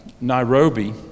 Nairobi